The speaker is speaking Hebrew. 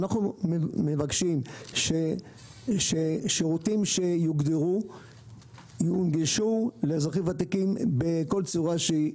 אנחנו מבקשים ששירותים שיוגדרו יונגשו לאזרחים ותיקים בכל צורה שהיא,